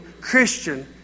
Christian